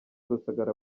rusagara